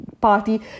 party